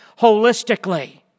holistically